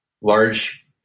large